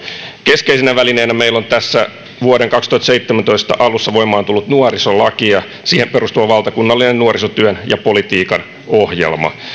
keskeisenä välineenä meillä on tässä vuoden kaksituhattaseitsemäntoista alussa voimaan tullut nuorisolaki ja siihen perustuva valtakunnallinen nuorisotyön ja politiikan ohjelma